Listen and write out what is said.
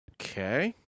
Okay